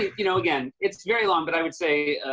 you know again, it's very long but i would say,